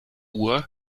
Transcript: uhr